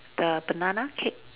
the banana cake